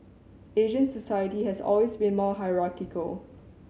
Asian society has always been more hierarchical